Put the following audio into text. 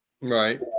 Right